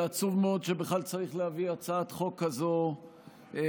עצוב מאוד שבכלל צריך להביא הצעת חוק כזאת לדיון,